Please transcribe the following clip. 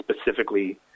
specifically